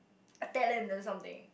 a talent or something